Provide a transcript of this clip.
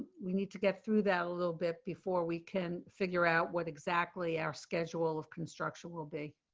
we need to get through that a little bit before we can figure out what exactly our schedule of construction will be